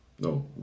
No